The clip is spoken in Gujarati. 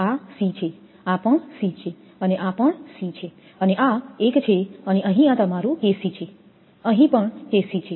આ C છે આ પણ C છે અને આ પણ C છે અને આ એક છે અને અહીં આ તમારું KC છે અહીં પણ KC છે